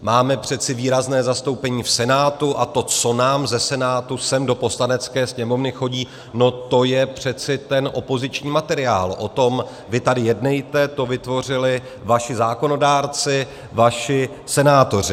Máme přece výrazné zastoupení v Senátu a to, co nám ze Senátu sem do Poslanecké sněmovny chodí, to je přece ten opoziční materiál, o tom vy tady jednejte, to vytvořili vaši zákonodárci, vaši senátoři.